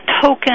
token